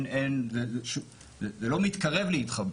זה לא מתקרב להתחבר.